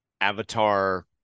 avatar